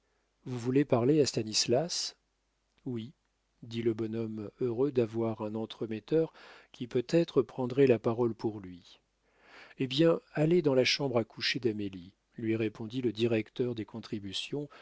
vous voulez parler à stanislas oui dit le bonhomme heureux d'avoir un entremetteur qui peut-être prendrait la parole pour lui eh bien allez dans la chambre à coucher d'amélie lui répondit le directeur des contributions